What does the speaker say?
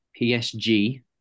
PSG